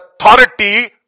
authority